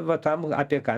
va tam apie ką